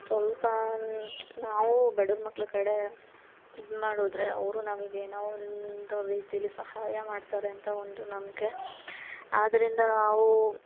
ಸ್ವಲ್ಪ ಅನ್ ನಾವು ಬಡುವ್ರ ಮಕ್ಳು ಕಡೇ ಇದ್ಮಾಡಿದರೆ ಅವರು ನಮಿಗೇನೋ ಒಂದು ರೀತಿಲಿ ಸಹಾಯ ಮಾಡ್ತಾರೆ ಅಂತ ಒಂದು ನಂಬಿಕೆ ಆದ್ದರಿಂದ ನಾವು